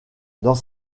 dans